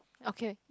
okay